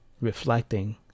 reflecting